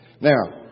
Now